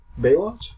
Baywatch